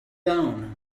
down